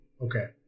Okay